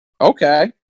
Okay